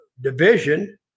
division